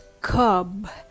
cub